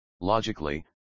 Logically